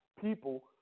people